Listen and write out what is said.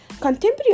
Contemporary